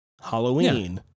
Halloween